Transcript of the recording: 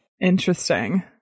Interesting